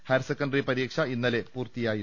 higher secondary പരീക്ഷ ഇന്നലെ പൂർത്തിയായിരുന്നു